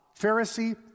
Pharisee